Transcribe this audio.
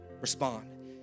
respond